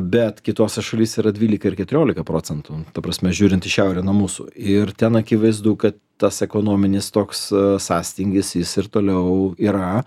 bet kitose šalyse yra dvylika ir keturiolika procentų ta prasme žiūrint į šiaurę nuo mūsų ir ten akivaizdu kad tas ekonominis toks sąstingis jis ir toliau yra